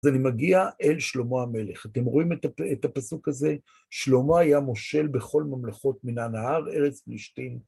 אז אני מגיע אל שלמה המלך. אתם רואים את הפסוק הזה? שלמה היה מושל בכל ממלכות מן הנהר, ארץ פלישתים.